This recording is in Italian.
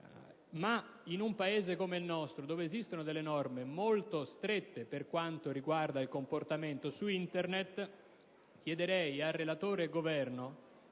in un Paese come il nostro, dove esistono norme molto strette per quanto riguarda il comportamento su Internet, chiederei a relatore e Governo,